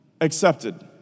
accepted